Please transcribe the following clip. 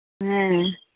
ᱦᱮᱸ